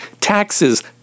taxes